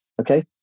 okay